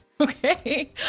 Okay